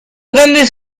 grande